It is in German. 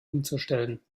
umzustellen